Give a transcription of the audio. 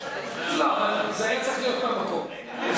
לא, זה היה צריך להיות, אדוני,